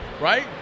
right